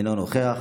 אינו נוכח.